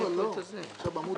בקשה מס'